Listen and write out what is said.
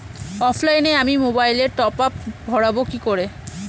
অফলাইনে আমি মোবাইলে টপআপ ভরাবো কি করে?